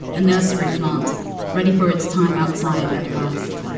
a nursery plant ready for its time outside. at last.